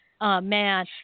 man